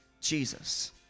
Jesus